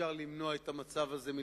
כשאפשר למנוע את המצב הזה מלכתחילה.